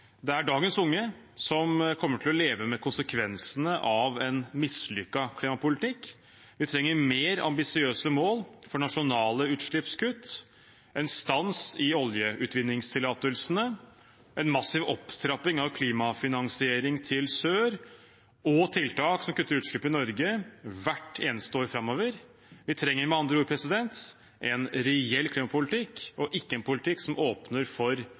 Det er dagens unge som kommer til å leve med konsekvensene av en mislykket klimapolitikk. Vi trenger mer ambisiøse mål for nasjonale utslippskutt, en stans i oljeutvinningstillatelsene, en massiv opptrapping av klimafinansiering til land i sør og tiltak som kutter utslipp i Norge hvert eneste år framover. Vi trenger med andre ord en reell klimapolitikk og ikke en politikk som åpner for